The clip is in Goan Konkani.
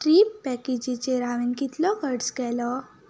ट्रिप पॅकेजीचेर हांवे कितलो खर्च केलो